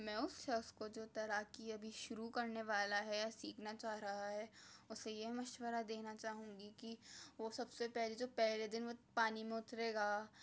میں اس شخص کو جو تیراکی ابھی شروع کرنے والا ہے سیکھنا چاہ رہا ہے اسے یہ مشورہ دینا چاہوں گی کہ وہ سب سے پہلے جو پہلے دن وہ پانی میں اترے گا